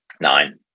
Nine